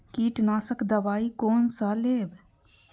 कीट नाशक दवाई कोन सा लेब?